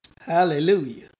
Hallelujah